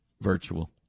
virtual